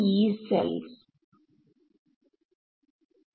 ടൈമിൽ അവ എത്ര അകലെയാണ്